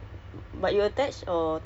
ya focus on kerja